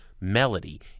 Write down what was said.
melody